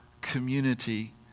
community